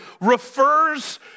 refers